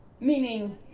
meaning